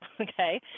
Okay